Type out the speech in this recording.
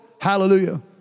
hallelujah